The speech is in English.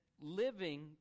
living